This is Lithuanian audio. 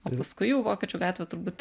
o paskui jau vokiečių gatvė turbūt